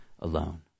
alone